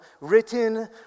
written